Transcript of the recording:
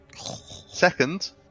Second